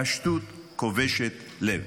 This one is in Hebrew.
פשטות כובשת לב.